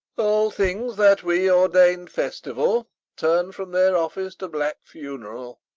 all things that we ordained festival turn from their office to black funeral